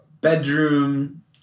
bedroom